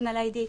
פרסונל איי.די.